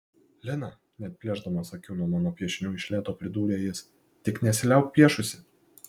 lina neatplėšdamas akių nuo mano piešinių iš lėto pridūrė jis tik nesiliauk piešusi